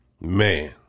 Man